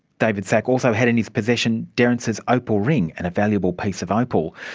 david szach also had in possession derrance's opal ring and a valuable piece of opal.